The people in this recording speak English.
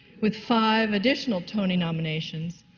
with five additional tony nominations.